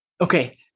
Okay